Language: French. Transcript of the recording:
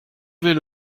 vais